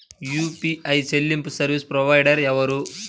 UPI చెల్లింపు service provider ఎవరు?